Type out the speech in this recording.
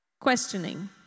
Questioning